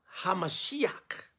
HaMashiach